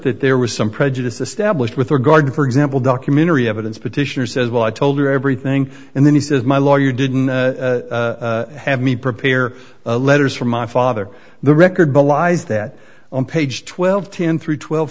that there was some prejudice established with regard to for example documentary evidence petitioner says well i told you everything and then he says my lawyer didn't have me prepare letters from my father the record belies that on page twelve ten through twelve